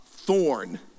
Thorn